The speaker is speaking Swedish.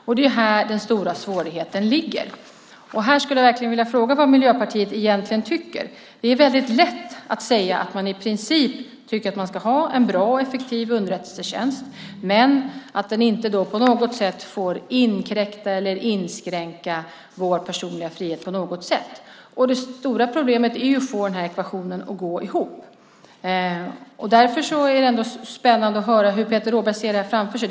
Här ligger den stora svårigheten. Jag skulle vilja fråga vad Miljöpartiet egentligen tycker. Det är lätt att säga att man i princip vill ha en bra och effektiv underrättelsetjänst men att den inte på något sätt får inkräkta på eller inskränka vår personliga frihet. Det stora problemet är att få denna ekvation att gå ihop. Därför är det spännande att höra hur Peter Rådberg ser detta framför sig.